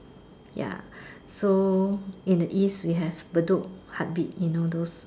ya so in the East we have Bedok heartbeat you know those